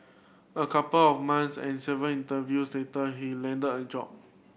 a couple of months and several interviews later he landed a job